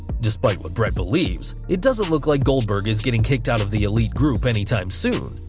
despite what bret believes, it doesn't look like goldberg is getting kicked out of the elite group anytime soon,